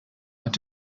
hat